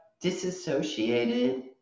disassociated